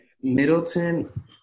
Middleton